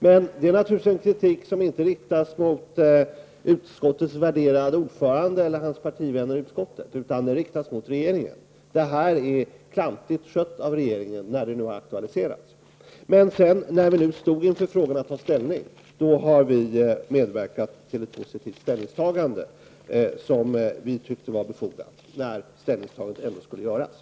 Men denna kritik riktas naturligtvis inte mot utskottets värderade ordförande och hans partivänner i utskottet, utan den riktas mot regeringen. Denna fråga är klantigt skött av regeringen, när den nu har aktualiserats. Men när vi stod inför att ta ställning har vi medverkat till ett positivt ställningstagande, som vi i det läget tycket var befogat.